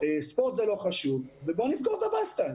ספורט זה לא חשוב ובואו נסגור את הבסטה,